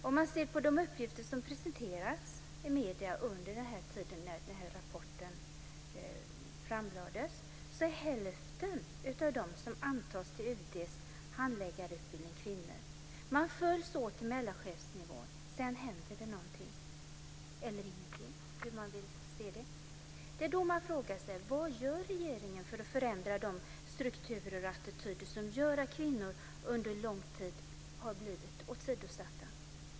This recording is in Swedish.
Om man ser på de uppgifter som presenterats i medierna under den tid då den här rapporten framlades är det så att hälften av dem som antas till UD:s handläggarutbildning är kvinnor. Man följs åt till mellanchefsnivå. Sedan händer det någonting - eller ingenting, hur man nu vill se det. Det är då man frågar sig: Vad gör regeringen för att förändra de strukturer och attityder som gör att kvinnor under lång tid har blivit åsidosatta?